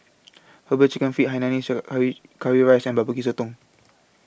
Herbal Chicken Feet Hainanese Curry Rice and Barbecue Sotong